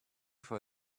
for